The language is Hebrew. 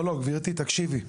לא, לא, גברתי, תקשיבי.